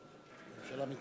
הממשלה.